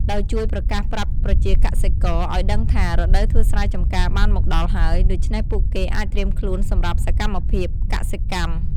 ដោយជួយប្រកាសប្រាប់ប្រជាកសិករ ឱ្យដឹងថា រដូវធ្វើស្រែចម្ការបានមកដល់ហើយ ដូច្នេះពួកគេអាចត្រៀមខ្លួនសម្រាប់សកម្មភាពកសិកម្ម។